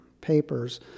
papers